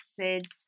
acids